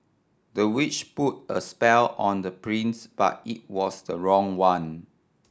the witch put a spell on the prince but it was the wrong one